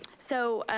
so,